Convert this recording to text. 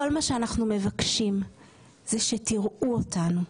כל מה שאנחנו מבקשים זה שתיראו אותנו,